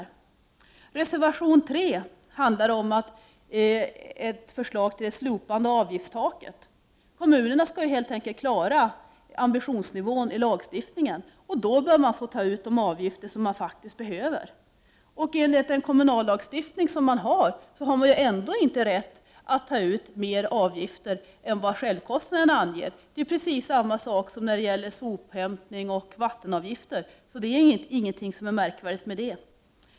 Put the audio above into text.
I reservation 3 krävs det att förslaget om ett avgiftstak slopas. Kommunerna skall helt enkelt klara ambitionsnivån i kommunallagstiftningen. Då bör de får ta ut de avgifter som de faktiskt behöver. Enligt den nuvarande kommunallagstiftningen har kommunerna ändå inte rätt att ta ut mer avgifter än självkostnaderna. Det är precis samma sak som när det gäller avgifter för sophämtning och vatten. Det är alltså inget märkvärdigt med det.